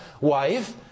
wife